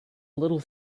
little